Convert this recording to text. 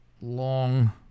Long